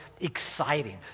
exciting